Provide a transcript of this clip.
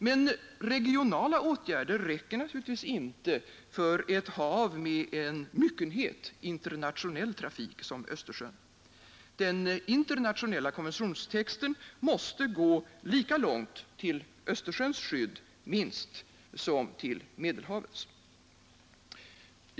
Men regionala åtgärder räcker naturligtvis inte för ett hav med en myckenhet internationell trafik, som är fallet med Östersjön. Den internationella konventionstexten måste gå minst lika långt till Östersjöns skydd som till Medelhavets.